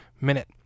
minute